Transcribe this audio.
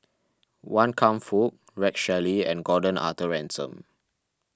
Wan Kam Fook Rex Shelley and Gordon Arthur Ransome